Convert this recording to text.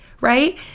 Right